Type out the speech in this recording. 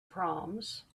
proms